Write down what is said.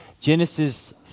Genesis